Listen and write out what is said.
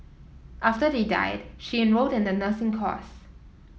after they died she enrolled in the nursing course